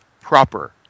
proper